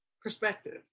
perspective